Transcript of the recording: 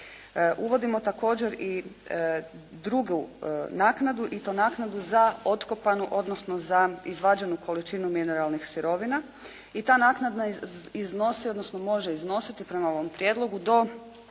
Uvodimo također i drugu naknadu i to naknadu za otkopanu, odnosno za izvađenu količinu mineralnih sirovina i ta naknada iznosi odnosno može iznositi prema ovom prijedlogu do